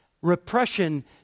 Repression